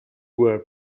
were